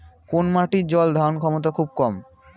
কোন মাটির জল ধারণ ক্ষমতা খুব কম?